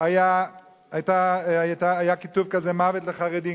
היה כיתוב כזה, "מוות לחרדים".